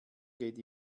geht